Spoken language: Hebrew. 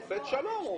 לא שופט שלום.